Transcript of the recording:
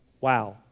Wow